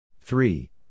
three